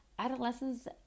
Adolescents